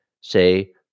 Say